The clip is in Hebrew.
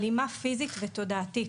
אלימה פיזית ותודעתית,